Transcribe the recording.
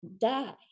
die